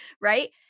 Right